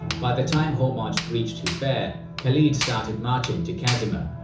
by the time hormozd reached hufeir, khalid started marching to kazima.